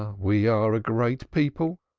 we are a great people.